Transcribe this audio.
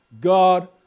God